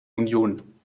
union